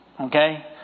Okay